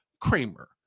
Kramer